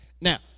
Now